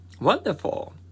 Wonderful